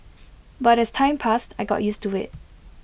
but as time passed I got used to IT